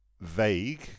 vague